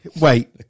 Wait